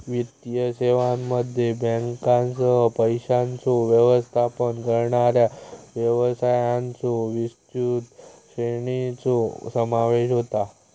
वित्तीय सेवांमध्ये बँकांसह, पैशांचो व्यवस्थापन करणाऱ्या व्यवसायांच्यो विस्तृत श्रेणीचो समावेश होता